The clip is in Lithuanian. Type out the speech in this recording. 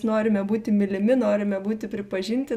norime būti mylimi norime būti pripažinti